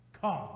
Come